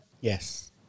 yes